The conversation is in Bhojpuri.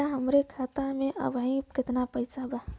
भईया हमरे खाता में अबहीं केतना पैसा बा?